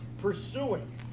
pursuing